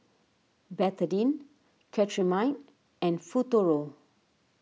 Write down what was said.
Betadine Cetrimide and Futuro